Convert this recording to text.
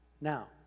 Now